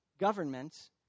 government's